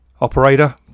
Operator